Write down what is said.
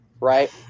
right